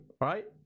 right